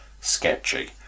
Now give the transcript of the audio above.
sketchy